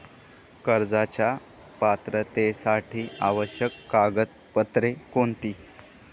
कर्जाच्या पात्रतेसाठी आवश्यक कागदपत्रे कोणती?